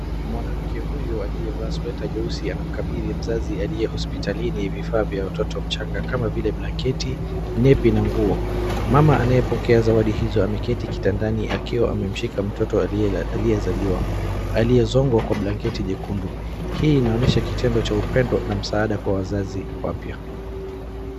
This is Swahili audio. Mwanamke huyu alivaa sweta jeusi anamkabidhii mzazi aliye hospitalini vifaa vya mtoto changa kama vile blanketi, nepi na nguo. Mama anayepokea zawadi hizo ameketi kitandani akiwa amemshika mtoto aliyezaliwa aliyezongwa kwa blanketi nyekundu. Hii inaonyesha kitendo cha upendo na msaada kwa wazazi wapya.